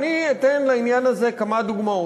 ואני אתן לעניין הזה כמה דוגמאות.